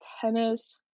tennis